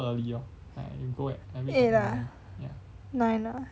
eight ah nine ah